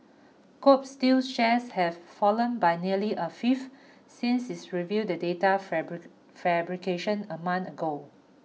Kobe Steel's shares have fallen by nearly a fifth since is revealed the data fabric fabrication a month ago